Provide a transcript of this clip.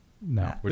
No